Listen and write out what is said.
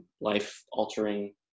life-altering